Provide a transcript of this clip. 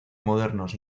modernos